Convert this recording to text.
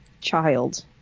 child